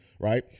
right